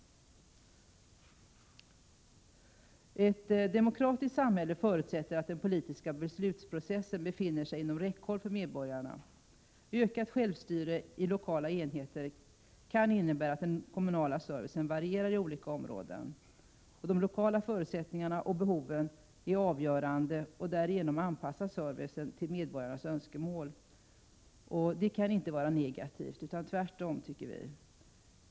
Ett demokratiskt samhälle förutsätter att den politiska beslutsprocessen befinner sig inom räckhåll för medborgarna. Ökat självstyre i lokala enheter kan innebära att den kommunala servicen varierar i olika områden. De lokala förutsättningarna och behoven är avgörande, och därigenom anpassas servicen till medborgarnas önskemål. Det kan inte vara negativt — tvärtom, tycker vi.